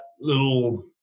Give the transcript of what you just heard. little